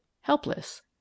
helpless